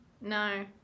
No